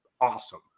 awesome